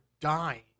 dying